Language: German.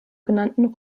genannten